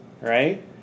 right